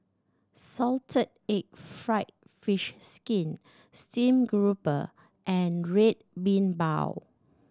salted egg fried fish skin stream grouper and Red Bean Bao